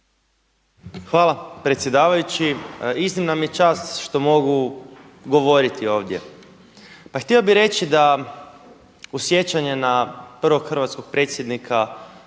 Hvala. Predsjedavajući! Iznimna mi je čast što mogu govoriti ovdje. Pa htio bih reći da u sjećanje na prvog hrvatskog predsjednika